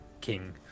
King